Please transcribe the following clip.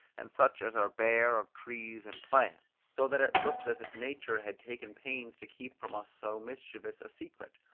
and such as are bare of trees and plants, so that it looks as if nature had taken pains to keep from us so mischievous a secret.